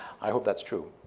i hope that's true.